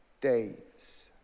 days